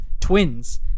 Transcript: twins